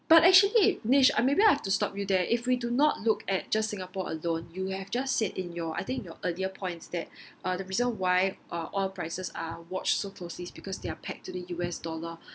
but actually I maybe I have to stop you there if we do not look at just singapore alone you have just said in your I think your earlier points that uh the reason why uh oil prices are watched so closely is because they are pegged to the U_S dollar